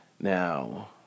Now